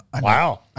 Wow